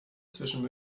zwischen